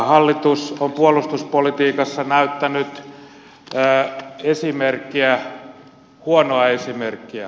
hallitus on puolustuspolitiikassa näyttänyt esimerkkiä huonoa esimerkkiä